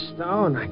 Stone